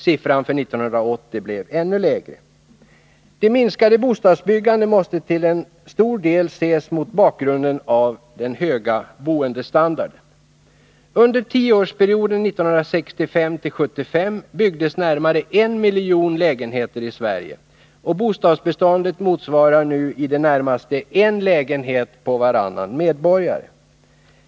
Siffran för 1980 blev ännu lägre. Det minskande bostadsbyggandet måste till stor del ses mot bakgrund av den höga boendestandarden. Under tioårsperioden 1965-1975 byggdes närmare 1 miljon lägenheter i Sverige, och bostadsbeståndet motsvarar nu i det närmaste en lägenhet på varannan medborgare.